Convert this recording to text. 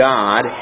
God